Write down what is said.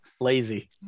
Lazy